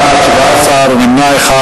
בעד, 17, נמנע אחד.